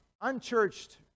Unchurched